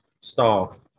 staff